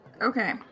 Okay